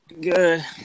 Good